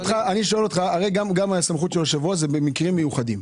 הרי גם הסמכות של היושב-ראש היא במקרים מיוחדים.